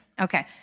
Okay